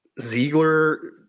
Ziegler